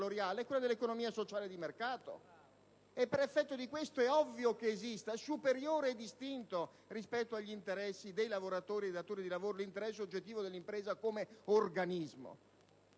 è quella dell'economia sociale di mercato. Per effetto di questo è ovvio che esista e che sia superiore e distinto rispetto agli interessi dei lavoratori e dei datori di lavoro l'interesse oggettivo dell'impresa come organismo.